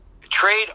trade